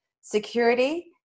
Security